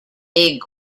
big